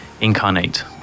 incarnate